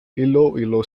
iloilo